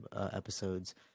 episodes